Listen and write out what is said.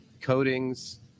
coatings